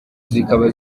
zikaba